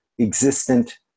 existent